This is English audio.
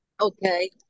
Okay